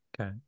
Okay